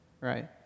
right